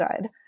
good